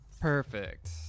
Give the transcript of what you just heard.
Perfect